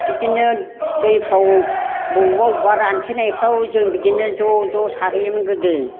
बिदिनो दैफोराव बबेयावबा बबेयावबा रानथेनायफ्राव जों बिदिनो ज' ज' सारहैयोमोन गोदो